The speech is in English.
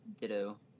Ditto